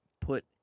put